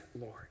Lord